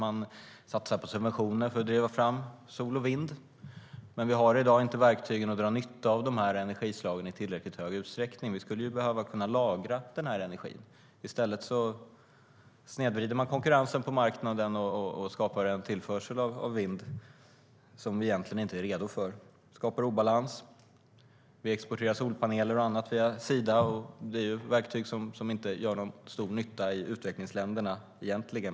Man satsar på subventioner för att driva fram sol och vind, men vi har i dag inte verktygen för att dra nytta av de här energislagen i tillräckligt stor utsträckning. Vi skulle behöva kunna lagra den här energin. I stället snedvrider man konkurrensen på marknaden och skapar en tillförsel av vind som vi egentligen inte är redo för. Det skapar obalans. Vi exporterar solpaneler och annat via Sida, och det är verktyg som egentligen inte gör någon stor nytta i utvecklingsländerna.